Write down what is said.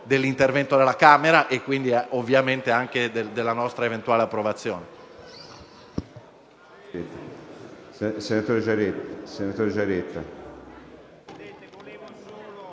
dell'intervento della Camera e anche della nostra eventuale approvazione.